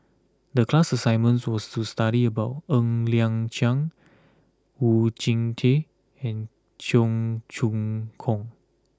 the class assignment was to study about Ng Liang Chiang Oon Jin Teik and Cheong Choong Kong